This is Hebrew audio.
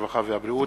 הרווחה והבריאות,